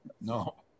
No